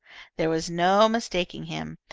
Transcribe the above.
there was no mistaking him.